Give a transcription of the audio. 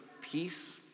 peace